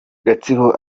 gatsibo